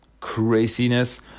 craziness